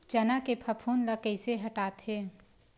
चना के फफूंद ल कइसे हटाथे?